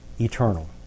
eternal